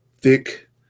thick